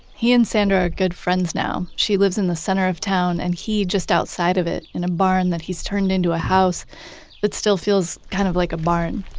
he and sandra are good friends now. she lives in the center of town and he just outside of it in a barn that he's turned into a house that still feels kind of like a barn.